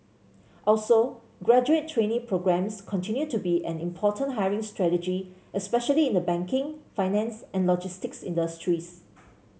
also graduate trainee programmes continue to be an important hiring strategy especially in the banking finance and logistics industries